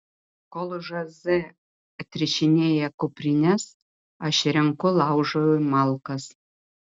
kol žoze atrišinėja kuprines aš renku laužui malkas